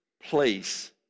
place